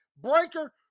Breaker